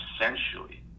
essentially